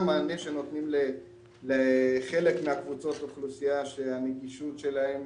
מה המענה שנותנים לחלק מקבוצות האוכלוסייה שהנגישות שלהם